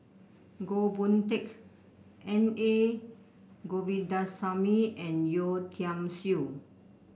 Goh Boon Teck N A Govindasamy and Yeo Tiam Siew